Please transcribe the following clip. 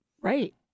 Right